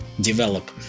develop